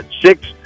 six